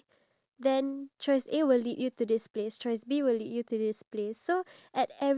true so you must always have like something to drive you forward